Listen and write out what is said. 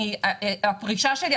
הפרישה שלי,